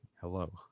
Hello